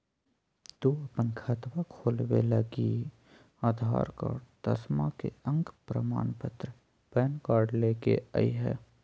तू अपन खतवा खोलवे लागी आधार कार्ड, दसवां के अक प्रमाण पत्र, पैन कार्ड ले के अइह